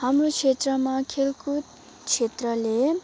हाम्रो क्षेत्रमा खेलकुद क्षेत्रले